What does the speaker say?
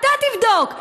אתה תבדוק.